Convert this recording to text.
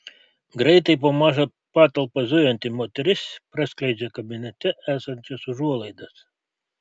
greitai po mažą patalpą zujanti moteris praskleidžia kabinete esančias užuolaidas